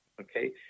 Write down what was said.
okay